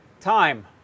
time